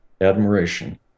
admiration